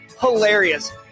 hilarious